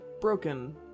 broken